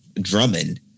Drummond